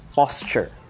posture